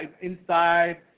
inside –